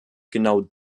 genau